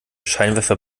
scheinwerfer